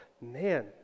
man